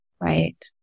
Right